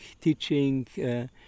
teaching